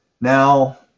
Now